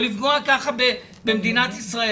או לפגוע ככה במדינת ישראל,